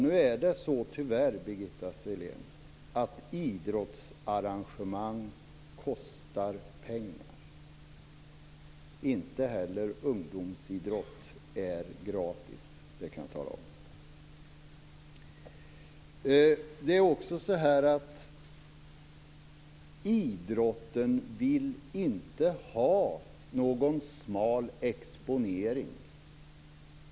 Nu är det tyvärr så, Birgitta Sellén, att idrottsarrangemang kostar pengar. Inte heller ungdomsidrott är gratis, det kan jag tala om. Det är också så att idrotten inte vill ha någon smal exponering.